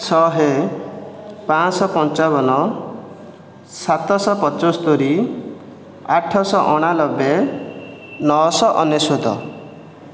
ଶହେ ପାଞ୍ଚଶହ ପଞ୍ଚାବନ ସାତଶହ ପଞ୍ଚସ୍ତରୀ ଆଠଶହ ଅଣାନବେ ନଅଶହ ଅନେଶ୍ଵତ